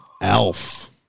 elf